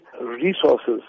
resources